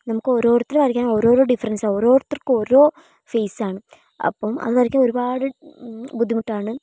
നമുക്ക് ഓരോരുത്തരും വരയ്ക്കാന് ഓരോരോ ഡിഫറന്സ് ഓരോരുത്തര്ക്കും ഓരോ ഫേസ് ആണ് അപ്പം അത് വരയ്ക്കാന് ഒരുപാട് ബുദ്ധിമുട്ടാണ്